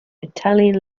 italian